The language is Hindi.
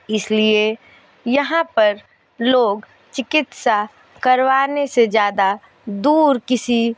इसलिए यहाँ पर लोग चिकित्सा करवाने से ज़्यादा दूर किसी